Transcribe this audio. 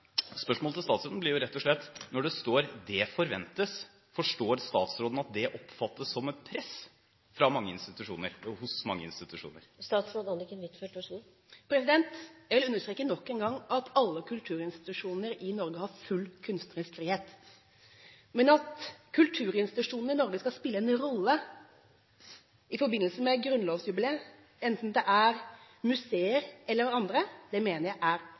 Spørsmålet til statsråden blir rett og slett: Når det står «det forventes», forstår statsråden at det oppfattes som et press hos mange institusjoner? Jeg vil understreke nok en gang at alle kulturinstitusjoner i Norge har full kunstnerisk frihet. Men at kulturinstitusjonene i Norge skal spille en rolle i forbindelse med grunnlovsjubileet, enten det er museer eller andre, mener jeg er